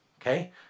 okay